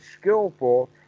skillful